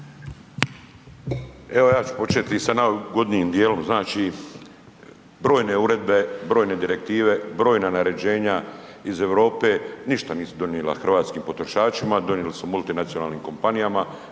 Evo, ja ću početi sa najugodnijim dijelom znači brojne uredbe, brojne direktive, brojna naređena iz Europe ništa nisu donijela hrvatskim potrošačima, donijeli su multinacionalnim kompanijama